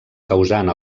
causant